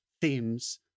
themes